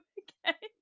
okay